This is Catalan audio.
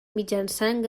mitjançant